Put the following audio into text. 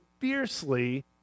fiercely